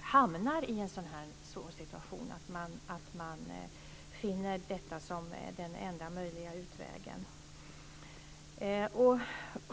hamnar i en så här svår situation och finner detta som den enda möjliga utvägen.